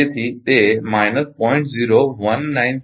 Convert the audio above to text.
તેથી તે માઈનસ 0